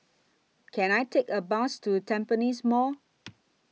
Can I Take A Bus to Tampines Mall